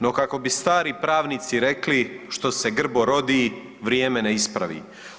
No kako bi stari pravnici rekli, što se grbo rodi vrijeme ne ispravi.